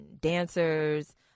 dancers